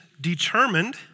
determined